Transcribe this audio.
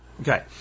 Okay